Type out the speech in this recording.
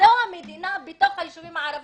כל זה נעשה